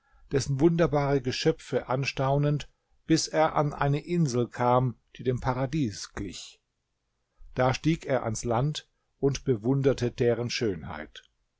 dessen wunderbare geschöpfe anstaunend bis er an eine insel kam die dem paradies glich da stieg er ans land und bewunderte deren schönheit